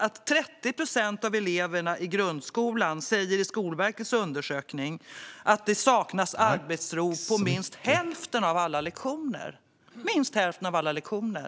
30 procent av eleverna i grundskolan säger i Skolverkets undersökning att det saknas arbetsro på minst hälften av alla lektioner.